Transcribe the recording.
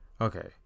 okay